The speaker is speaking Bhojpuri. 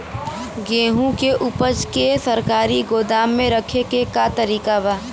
गेहूँ के ऊपज के सरकारी गोदाम मे रखे के का तरीका बा?